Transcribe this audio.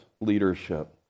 leadership